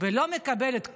ולא מקבלת כלום,